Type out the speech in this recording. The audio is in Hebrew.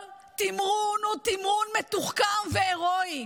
כל תמרון הוא תמרון מתוחכם והירואי.